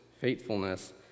faithfulness